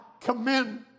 commend